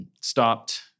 stopped